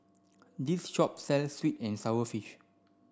this shop sells sweet and sour fish